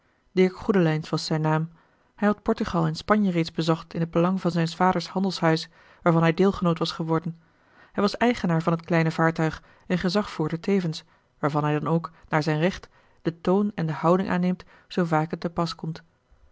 dirk goedelijns was zijn naam hij had portugal en spanje reeds bezocht in t belang van zijns vaders handelshuis waarvan hij deelgenoot was geworden hij was eigenaar van het kleine vaartuig en gezagvoerder tevens waarvan hij dan ook naar zijn recht den toon en de houding aanneemt zoo vaak het te pas komt